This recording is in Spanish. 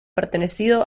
pertenecido